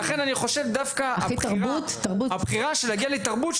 לכן אני חושב שדווקא הבחירה של להגיע לתרבות,